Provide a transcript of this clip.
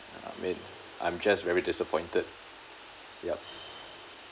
err may I'm just very disappointed yup